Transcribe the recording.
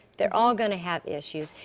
they are all going to have issues.